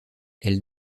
elle